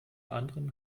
anderen